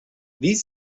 these